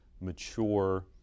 mature